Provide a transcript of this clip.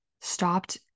stopped